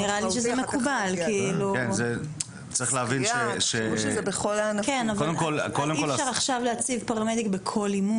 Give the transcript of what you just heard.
נראה לי שזה יהיה מקובל כי אי אפשר עכשיו להציב פרמדיק בכול אימון.